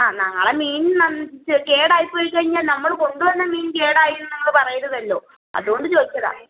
ആ നാളെ മീൻ ന ച് കേടായിപ്പോയി കഴിഞ്ഞാൽ നമ്മൾ കൊണ്ടുവന്ന മീൻ കേടായി എന്ന് നിങ്ങൾ പറയരുതല്ലോ അതുകൊണ്ട് ചോദിച്ചതാണ്